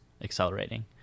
accelerating